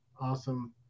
awesome